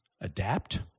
adapt